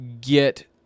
get